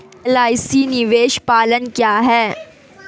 LIC निवेश plan क्या है?